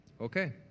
Okay